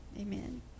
amen